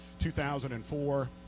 2004